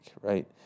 right